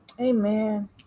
amen